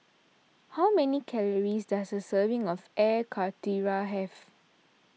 how many calories does a serving of Air Karthira have